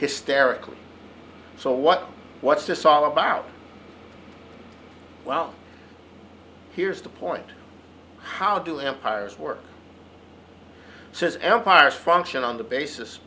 hysterically so what what's this all about well here's the point how do empires work says empires function on the basis